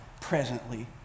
presently